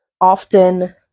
often